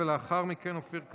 לאחר מכן אופיר כץ?